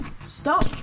Stop